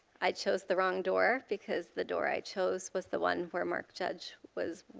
i chose the wrong door, because the door i chose was the one where mark judge was